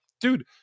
dude